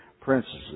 princesses